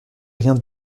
rien